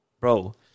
Bro